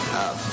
up